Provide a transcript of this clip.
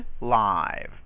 live